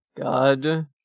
God